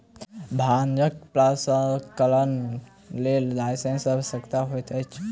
भांगक प्रसंस्करणक लेल लाइसेंसक आवश्यकता होइत छै